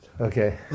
okay